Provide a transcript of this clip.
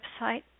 website